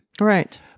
right